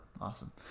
Awesome